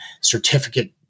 certificate